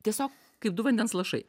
tiesiog kaip du vandens lašai